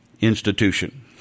institution